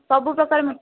ସବୁପ୍ରକାର